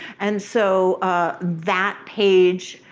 and so that page,